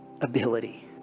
ability